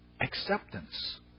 acceptance